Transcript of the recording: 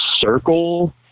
circle